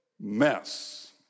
mess